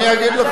לעולם לא תוכל,